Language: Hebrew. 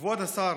כבוד השר,